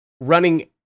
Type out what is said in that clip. running